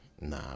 Nah